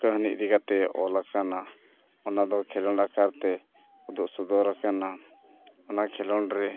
ᱠᱟᱹᱦᱱᱤ ᱤᱫᱤ ᱠᱟᱛᱮᱫ ᱚᱞ ᱟᱠᱟᱱᱟ ᱚᱱᱟ ᱫᱚ ᱠᱷᱮᱞᱳᱰ ᱟᱠᱟᱨᱛᱮ ᱩᱫᱩᱜ ᱥᱚᱫᱚᱨ ᱟᱠᱟᱱᱟ ᱚᱱᱟ ᱠᱷᱮᱞᱳᱰ ᱨᱮ